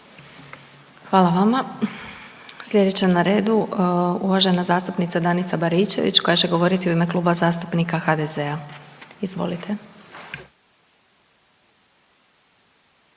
Hvala vama. Slijedeća na redu uvažena zastupnica Danica Baričević koja će govoriti u ime Kluba zastupnika HDZ-a. Izvolite.